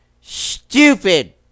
Stupid